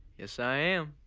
yes, i am.